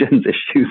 issues